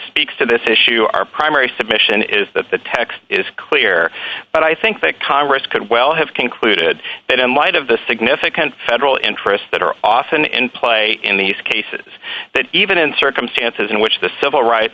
speaks to this issue our primary submission is that the text is clear but i think that congress could well have concluded that in light of the significant federal interests that are often in play in these cases that even in circumstances in which the civil rights